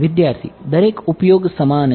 વિદ્યાર્થી દરેક ઉપયોગ સમાન છે